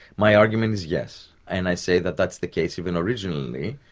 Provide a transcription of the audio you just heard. my argument is yes, and i say that that's the case even originally,